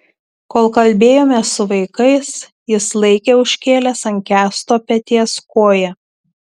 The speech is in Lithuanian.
kol kalbėjomės su vaikais jis laikė užkėlęs ant kęsto peties koją